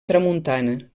tramuntana